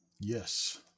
yes